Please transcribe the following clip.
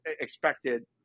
expected